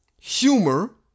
humor